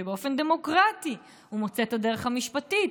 באופן דמוקרטי הוא מוצא את הדרך המשפטית,